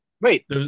Wait